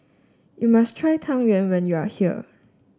you must try Tang Yuen when you are here